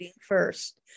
first